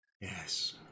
Yes